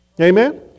Amen